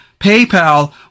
PayPal